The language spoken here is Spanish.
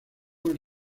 con